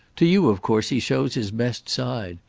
to you, of course, he shows his best side.